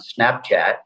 Snapchat